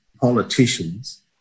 politicians